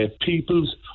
people's